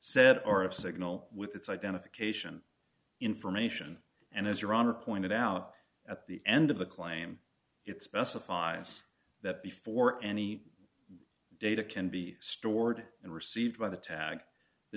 said or of signal with its identification information and as your honor pointed out at the end of the claim it specifies that before any data can be stored and received by the tag the